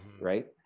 right